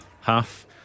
half